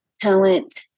talent